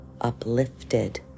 uplifted